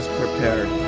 prepared